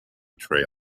trail